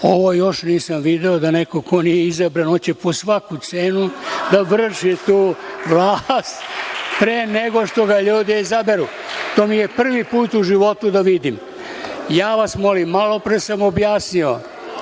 Ovo još nisam video, da neko ko nije izabran hoće po svaku cenu da vrši tu vlast pre nego što ga ljudi izaberu. To mi je prvi put u životu da vidim. Ja vas molim, malopre sam objasnio